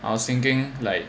I was thinking like